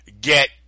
get